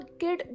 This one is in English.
kid